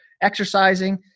exercising